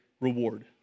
reward